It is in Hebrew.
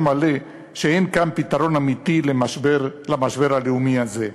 מלא שאין כאן פתרון אמיתי למשבר הלאומי הזה.